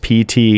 PT